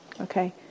okay